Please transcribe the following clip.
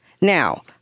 Now